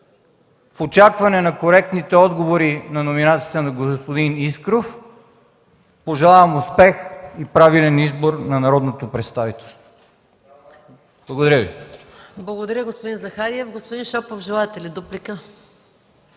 В очакване на коректните отговори на номинацията на господин Искров, пожелавам успех и правилен избор на народното представителство! Благодаря Ви. ПРЕДСЕДАТЕЛ МАЯ МАНОЛОВА: Благодаря, господин Захариев. Господин Шопов, желаете ли дуплика?